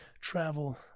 travel